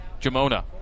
Jamona